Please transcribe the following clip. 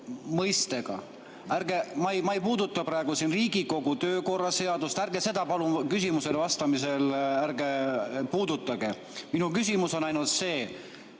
üldmõistega. Ma ei puuduta praegu siin Riigikogu töökorra seadust, ärge seda palun küsimusele vastamisel puudutage. Minu küsimus on ainult see